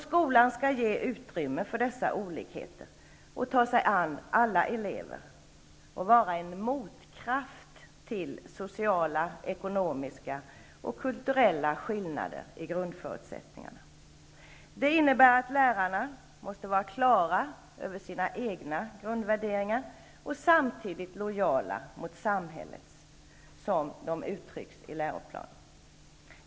Skolan skall ge utrymme för dessa olikheter och ta sig an alla elever och vara en motkraft till sociala, ekonomiska och kulturella skillnader i grundförutsättningarna. Det innebär att lärarna måste vara på det klara med sina egna grundvärderingar och samtidigt vara lojala mot samhällets, som de uttrycks i läroplanen.